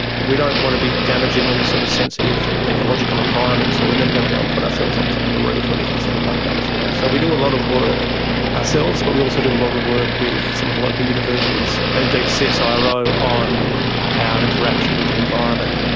we don't want to be damaging any sort of sensitive ecological environment, so we're never going to go and put ourselves on the top of a reef or anything silly like that as well. so we do a lot of work ourselves but we also do a lot of work with some of the local universities and indeed csiro so ah on our interaction with the environment.